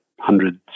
hundreds